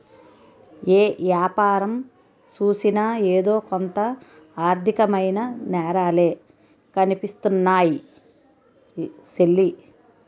ఏ యాపారం సూసినా ఎదో కొంత ఆర్దికమైన నేరాలే కనిపిస్తున్నాయ్ సెల్లీ